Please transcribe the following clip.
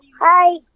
Hi